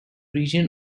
region